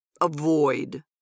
Avoid